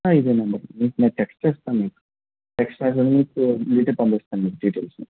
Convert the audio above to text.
ఇదే నెంబర్ మీకు నేను టెక్స్ట్ చేస్తాను మీకు టెక్స్ట్ చేసి మీకు మీకు పంపిస్తాను డిటైల్స్